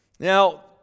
Now